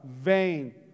vain